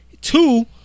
Two